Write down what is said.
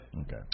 Okay